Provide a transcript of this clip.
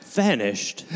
vanished